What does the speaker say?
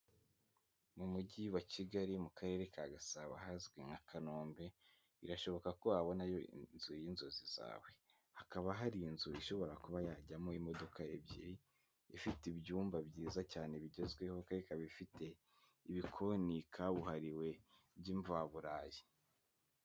Mu mujyi wa Kigali, mu karere ka Gasabo ahazwi nka Kanombe, birashoboka ko wabonayo inzu y'inzozi zawe, hakaba hari inzu ishobora kuba yajyamo imodoka ebyiri, ifite ibyumba byiza cyane bigezweho kandi ikaba ifite ibikoni kabuhariwe by'imvaburayi.